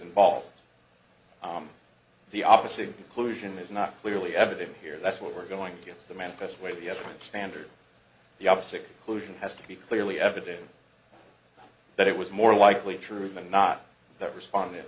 involved the opposite conclusion is not clearly evident here that's what we're going to get to the manifest way the evidence standard the opposite conclusion has to be clearly evident that it was more likely true than not that responded